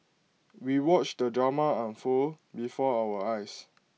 we watched the drama unfold before our eyes